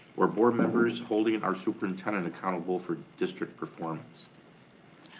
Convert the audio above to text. or board members holding and our superintendent accountable for district performance